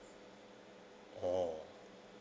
oh